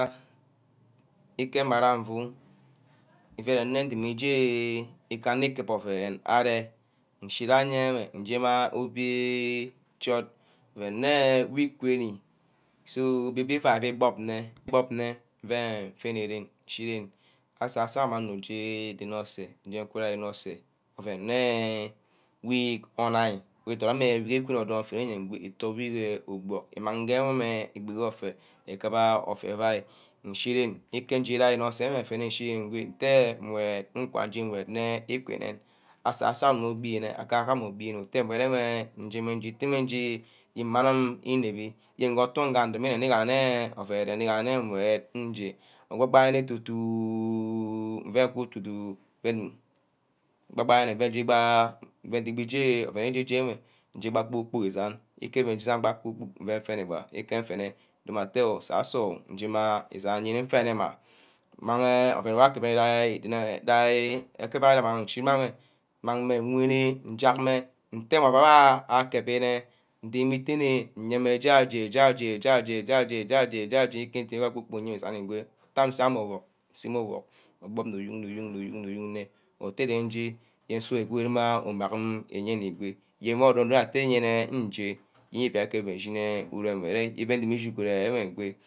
Ike mara nf, ifu rumeh nneh ndumi ifu eh kanor ikep ouen arear nshijayen njema obio chot ouen nne week quueni so obiobio iFai wor ibob nne, ebob nne den mfene ren. rushi ren asasam umang nne uje rene oseh ouen nneyene week onia widot ameh odour mfene eyen itoh weeh eh ubock imang ge meh egbi ke ofai ikuba ofai euai, nshi ren, nje ren oseh wor nfene nshi ren, nteh ngwe nkaje ngwed meh ikunen asasanee ubineh, aka-kam ubi neh nje meh je yene mma anim ine bbi, wor ottoh ngami iganne ouen irem neh, iganne igaha nje ubai, bai neh dudu oh nuey ku du-du bene ubai-bai nne ukuba ejebar ah edubu je ouen eje-je enwe-nje bah kpor-kpork isan, ikebe nsane mmeh bah kpork-kpork nuey fene bah, nteh mfene domeh ettah ah asasor njema esen yene mfene-nna, imang ouen wor ikubai, ikubai wor imangne ishi amin mmang meh nwune njack meh nteh meh ouen wor abva akebbj nneh, ndeme itoneh nyemeh ja-jani, ja jani, ja jani, ja jani, ja jani ja jani ke ndime kpor-kpork nyemeh egwe ntagha nseme ameh orbuck obour nu yorni yorni yor ma otte je nje yene sughuren iguro ma umeh agim iyene egwe yemor adotte yene njo, yene iuake machine ereme ishi guru ereme engwe.